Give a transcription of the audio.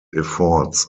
efforts